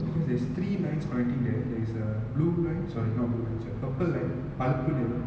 cause there's three lines connecting there there is uh blue line sorry not blue line sorry purple line purple you know